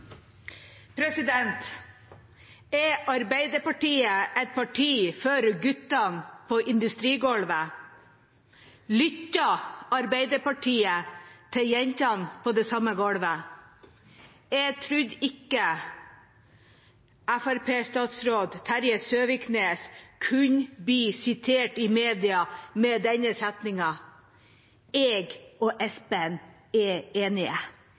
Arbeiderpartiet et parti for guttene på industrigolvet? Lytter Arbeiderpartiet til jentene på det samme golvet? Jeg trodde ikke Fremskrittsparti-statsråd Terje Søviknes kunne bli sitert i mediene med setningen «Eg og Espen er enige» i